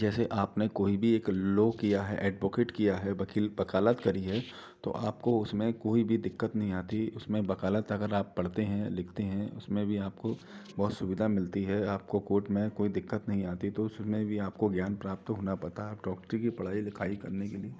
जैसे आपने कोई भी एक लो किया है एडभोकेट किया है वकील वकालत करी है तो आपको उसमें कोई भी दिक्कत नहीं आती उसमें वकालत अगर आप पढ़ते हैं लिखते हैं उसमें भी आपको बहुत सुविधा मिलती है आपको कोर्ट में कोई दिक्कत नहीं आती तो उसमें भी आपको ज्ञान प्राप्त होना पता है आप डॉक्टरी की पढ़ाई लिखाई करने के लिए